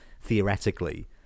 theoretically